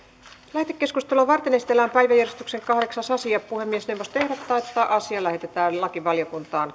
lähetekeskustelua varten esitellään päiväjärjestyksen kahdeksas asia puhemiesneuvosto ehdottaa että asia lähetetään lakivaliokuntaan